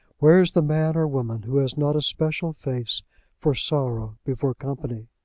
where is the man or woman who has not a special face for sorrow before company?